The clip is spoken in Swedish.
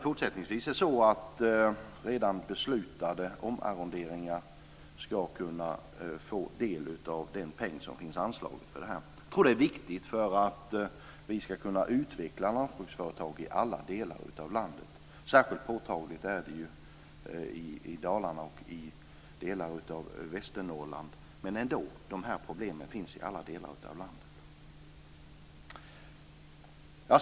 Fortsättningsvis kan inte bara redan beslutade omarronderingar få del av den peng som finns anslaget för detta. Jag tror att det är viktigt för att vi ska kunna utveckla lantbruksföretag i alla delar av landet. Det är särskilt påtagligt i Dalarna och i delar av Västernorrland. Men ändå finns problemen i alla delar av landet.